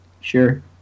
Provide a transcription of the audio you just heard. sure